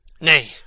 Nay